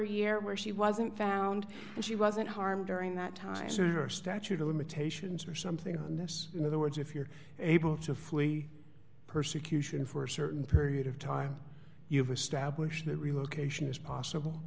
a year where she wasn't found and she wasn't harmed during that time so her statute of limitations or something on this in other words if you're able to flee persecution for a certain period of time you've established that relocation is possible